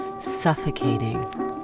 suffocating